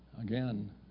Again